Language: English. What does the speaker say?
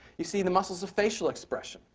you see the muscles of facial expression,